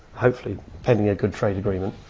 hopefully pending a good trade agreement,